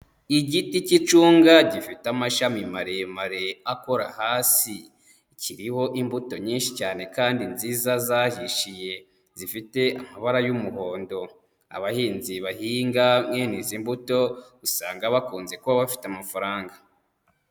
Igiti cy'icunga gifite amashami maremare akora hasi, kiriho imbuto nyinshi cyane kandi nziza zahishiye zifite amabara y'umuhondo, abahinzi bahinga mbene izi mbuto usanga bakunze kuba bafite amafaranga.